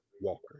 Walker